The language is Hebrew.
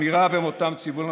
חבל על הזמן.